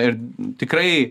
ir tikrai